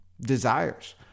desires